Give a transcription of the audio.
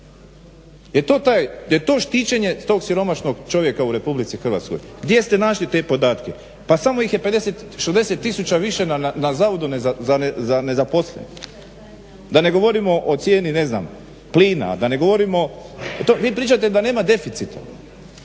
Jel to štićenje tog siromašnog čovjeka u RH? Gdje ste našli te podatke? Pa samo ih je 60 tisuća više na Zavodu za nezaposlene. Da ne govorimo o cijeni ne znam plina, da ne govorimo, vi pričate da nema deficita.